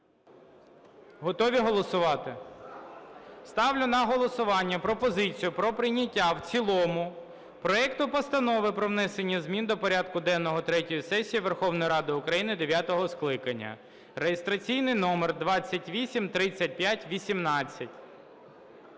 Готові голосувати? Ставлю на голосування пропозицію про прийняття в цілому проекту Постанови про внесення змін до порядку денного третьої сесії Верховної Ради України дев'ятого скликання (реєстраційний номер 2835-18)